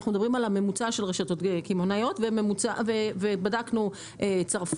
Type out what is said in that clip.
אנחנו מדברים על הממוצע של רשתות קמעונאיות ובדקנו צרפת,